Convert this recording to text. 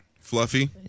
fluffy